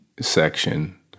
section